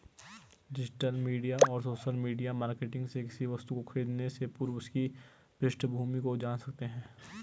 digital और social media marketing से किसी वस्तु को खरीदने से पूर्व उसकी पृष्ठभूमि को जान सकते है